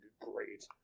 great